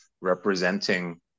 representing